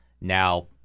now